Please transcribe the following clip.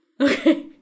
Okay